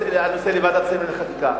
הנושא יועבר לוועדת השרים לענייני חקיקה.